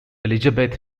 elizabeth